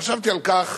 חשבתי על כך